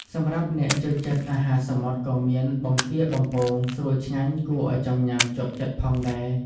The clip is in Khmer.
សម្រាប់អ្នកចូលចិត្តអាហារសមុទ្រ ក៏មាន បង្គាបំពង ស្រួយឆ្ងាញ់គួរឲ្យចង់ញ៉ាំជាប់ចិត្តផងដែរ។